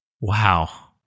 Wow